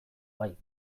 bai